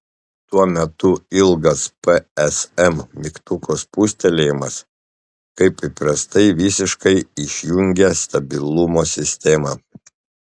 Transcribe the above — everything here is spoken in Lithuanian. tuo metu ilgas psm mygtuko spustelėjimas kaip įprastai visiškai išjungia stabilumo sistemą